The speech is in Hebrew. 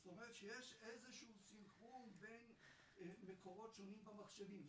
זאת אומרת שיש איזשהו סנכרון בין מקורות שונות במחשבים.